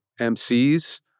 MCs